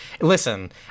listen